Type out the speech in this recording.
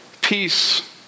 peace